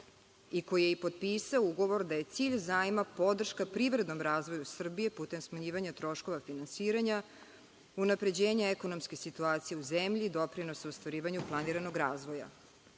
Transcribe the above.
koji je rekao i potpisao ugovor da je cilj zajma podrška privrednom razvoju Srbije putem smanjivanja troškova finansiranja, unapređenja ekonomske situacije u zemlji i doprinosa u ostvarivanju planiranog razvoja. Danas